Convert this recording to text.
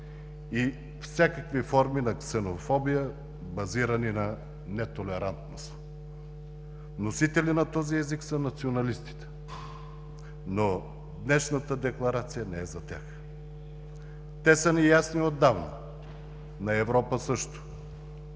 и всякакви форми на ксенофобия, базирани на нетолерантност. Носители на този език са националистите, но днешната Декларация не е за тях. Те са ни ясни отдавна, на Европа също,